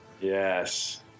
Yes